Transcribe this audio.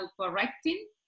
correcting